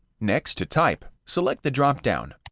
next to type, select the drop-down,